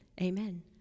Amen